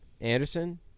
Anderson